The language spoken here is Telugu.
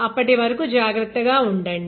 అప్పటి వరకు జాగ్రత్తగా ఉండండి